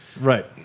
Right